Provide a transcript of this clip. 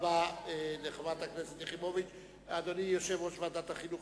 ולמען הסר כל ספק, זה לא